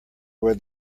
where